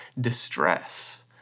distress